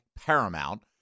paramount